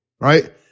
right